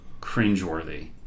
cringeworthy